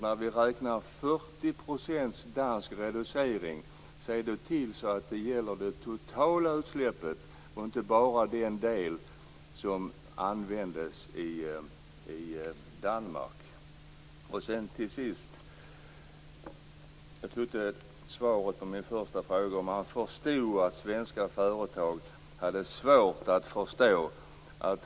När vi talar om 40 % dansk reducering, se då till att det gäller det totala utsläppet och inte bara den del som används i Danmark! Till sist tyckte jag inte att jag fick något svar på min fråga om statsrådet förstod de svenska företagens besvikelse.